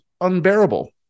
unbearable